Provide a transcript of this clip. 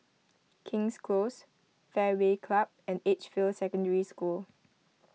King's Close Fairway Club and Edgefield Secondary School